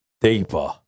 deeper